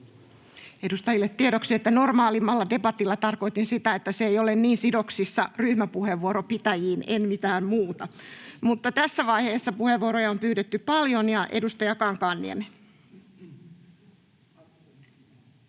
Edustajille tiedoksi, että normaalimmalla debatilla tarkoitin sitä, että se ei ole niin sidoksissa ryhmäpuheenvuoron pitäjiin, en mitään muuta. Mutta tässä vaiheessa puheenvuoroja on pyydetty paljon. — Edustaja Kankaanniemi.